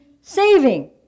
saving